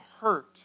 hurt